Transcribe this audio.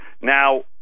now